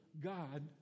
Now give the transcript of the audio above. God